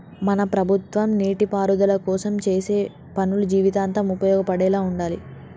మన ప్రభుత్వం నీటిపారుదల కోసం చేసే పనులు జీవితాంతం ఉపయోగపడేలా ఉండాలి